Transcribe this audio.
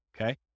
Okay